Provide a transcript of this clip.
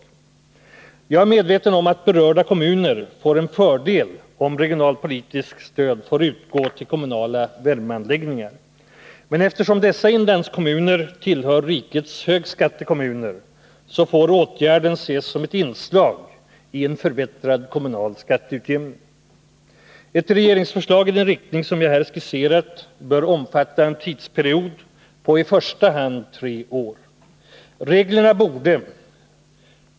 Jag är medveten om att det är till fördel för berörda kommuner om regionalpolitiskt stöd får utgå till kommunala värmeanläggningar, men eftersom dessa inlandskommuner tillhör rikets högskattekommuner får åtgärden ses som ett inslag i en förbättrad kommunal skatteutjämning. Ett regeringsförslag i den riktning som jag här har skisserat bör omfatta en tidsperiod på i första hand tre år.